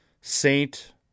Saint